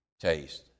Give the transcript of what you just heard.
taste